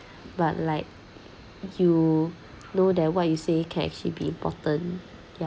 but like you know that what you say can actually be important ya